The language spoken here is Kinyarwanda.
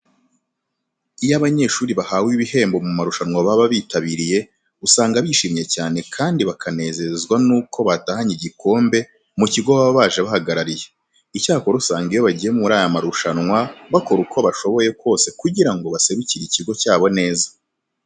Iyo abanyeshuri bahawe ibihembo mu marushanwa baba bitabiriye, usanga bishimye cyane kandi bakanezezwa nuko batahanye igikombe mu kigo baba baje bahagarariye. Icyakora usanga iyo bagiye muri aya marushanwa bakora uko bashoboye kose kugira ngo baserukire ikigo cyabo neza.